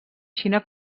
xina